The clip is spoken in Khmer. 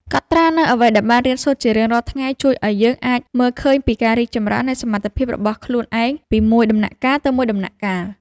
កត់ត្រានូវអ្វីដែលបានរៀនសូត្រជារៀងរាល់ថ្ងៃជួយឱ្យយើងអាចមើលឃើញពីការរីកចម្រើននៃសមត្ថភាពរបស់ខ្លួនឯងពីមួយដំណាក់កាលទៅមួយដំណាក់កាល។